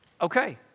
Okay